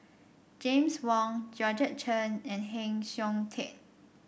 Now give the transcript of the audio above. James Wong Georgette Chen and Heng Siok Tian